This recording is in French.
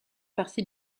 partie